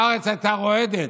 הארץ הייתה רועדת,